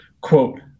quote